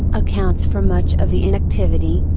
accounts for much of the inactivity,